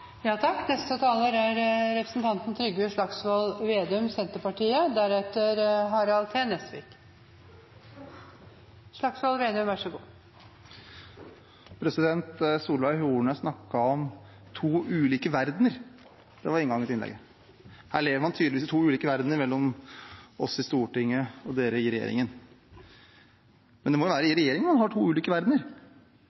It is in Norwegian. Solveig Horne snakket om to ulike verdener, det var inngangen til innlegget. Her lever man tydeligvis i to ulike verdener – vi i Stortinget og de i regjeringen. Men det må være i regjeringen man har to ulike verdener,